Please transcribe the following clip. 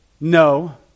no